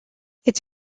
its